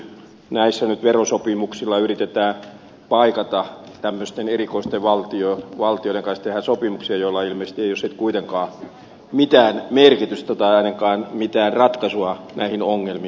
näissä nyt verosopimuksilla yritetään paikata tämmöisten erikoisten valtioiden kanssa tehdä sopimuksia joilla ilmeisesti ei ole sitten kuitenkaan mitään merkitystä tai ainakaan mitään ratkaisua näihin ongelmiin